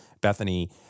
Bethany